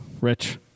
rich